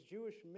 Jewish